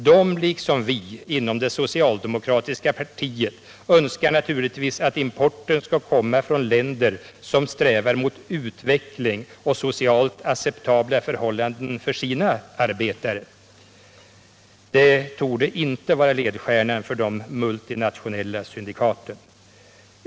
Men de, liksom vi inom det socialdemokratiska partiet, önskar naturligtvis att importen kommer från länder som strävar mot utveckling och socialt acceptabla förhållanden för sina arbetare — det torde inte vara ledstjärnan för de multinationella syndikaten.